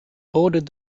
bordered